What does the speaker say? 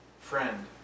Friend